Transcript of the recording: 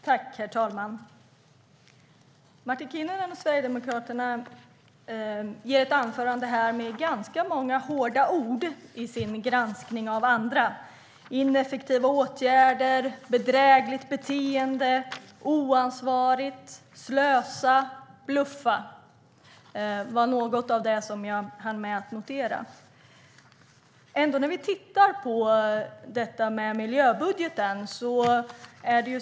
Herr talman! Martin Kinnunen och Sverigedemokraterna ger ett anförande här med ganska många hårda ord i sin granskning av andra. Ineffektiva åtgärder, bedrägligt beteende, oansvarigt, slösa och bluffa var några av de uttryck som jag hann notera.